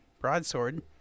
broadsword